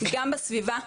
גם בסביבה,